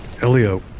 Elio